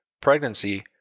pregnancy